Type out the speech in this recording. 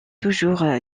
toujours